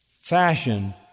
fashion